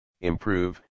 improve